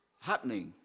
happening